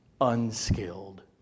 unskilled